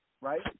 right